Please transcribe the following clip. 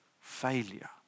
failure